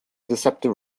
deceptive